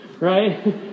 Right